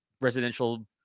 residential